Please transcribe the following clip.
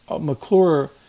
McClure